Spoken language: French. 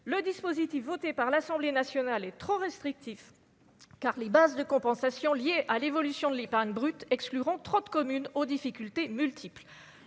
le dispositif voté par l'Assemblée nationale est trop restrictif car les bases de compensation liée à l'évolution de l'épargne brute exclurons trop de communes aux difficultés multiples